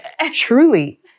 truly